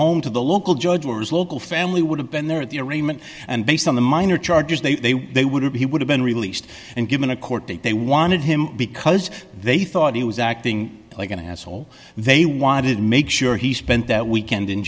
home to the local judge where was local family would have been there at the arraignment and based on the minor charges they they would have he would have been released and given a court date they wanted him because they thought he was acting like an asshole they wanted make sure he spent that weekend in